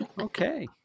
Okay